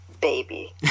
baby